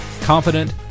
confident